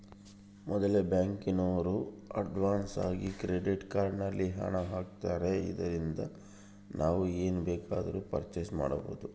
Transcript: ಮೊದಲೆ ಬ್ಯಾಂಕಿನೋರು ಅಡ್ವಾನ್ಸಾಗಿ ಕ್ರೆಡಿಟ್ ಕಾರ್ಡ್ ನಲ್ಲಿ ಹಣ ಆಗ್ತಾರೆ ಇದರಿಂದ ನಾವು ಏನ್ ಬೇಕಾದರೂ ಪರ್ಚೇಸ್ ಮಾಡ್ಬಬೊದು